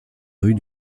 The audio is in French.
rues